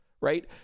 Right